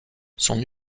son